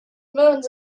moons